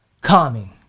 Calming